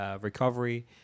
recovery